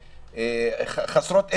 הכי חסרות אמצעים,